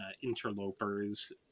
interlopers